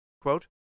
quote